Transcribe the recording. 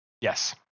Yes